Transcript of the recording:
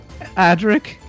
Adric